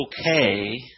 okay